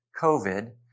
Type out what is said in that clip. COVID